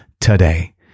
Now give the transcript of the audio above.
today